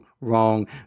wrong